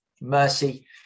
mercy